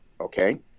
okay